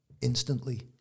instantly